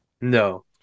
No